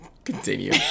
Continue